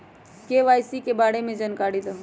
KYC के बारे में जानकारी दहु?